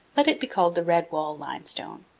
let it be called the red wall limestone.